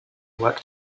work